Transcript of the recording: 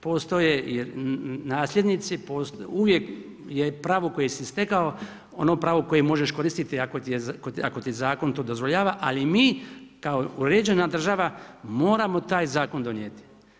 Postoje nasljednici, uvijek je pravo koje si stekao, ono pravo koje možeš koristiti ako ti zakon to dozvoljava, ali mi kao uređena država moramo taj zakon donijeti.